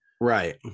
Right